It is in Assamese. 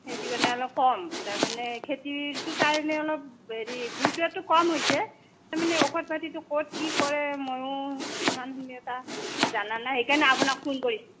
সেইটো কাৰণে অলপ কম তাৰমানে খেতিটোৰ কাৰণে অলপ গুৰুত্বটো কম হৈছে তাৰমানে ঔষধ পাতিটো ক'ত কি কৰে মইও সিমানখিনি এটা জনা নাই সেইকাৰণে আপোনাক ফোন কৰিছোঁ